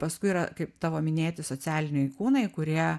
paskui yra kaip tavo minėti socialiniai kūnai kurie